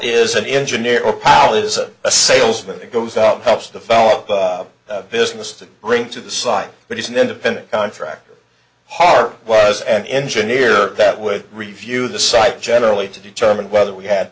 is an engineer or powell is a salesman that goes up helps the fellow business to bring to the site but he's an independent contractor hart was an engineer that would review the site generally to determine whether we had